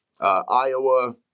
Iowa